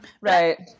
Right